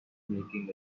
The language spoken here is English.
making